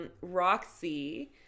Roxy